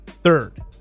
Third